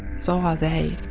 so are they,